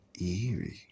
Eerie